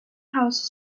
house